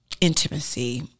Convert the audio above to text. intimacy